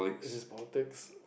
is it politics